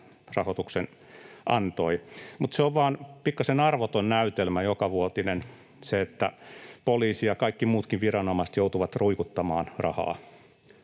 rahoituksen antoi. Mutta se on vaan pikkasen arvoton jokavuotinen näytelmä, että poliisi ja kaikki muutkin viranomaiset joutuvat ruikuttamaan rahaa.